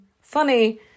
funny